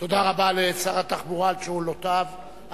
תודה רבה לשר התחבורה על תשובותיו על